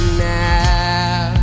now